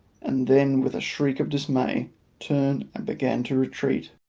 and then with a shriek of dismay turned and began to retreat.